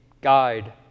guide